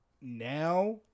Now